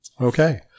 Okay